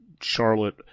charlotte